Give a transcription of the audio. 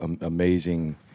amazing